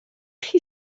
chi